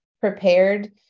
prepared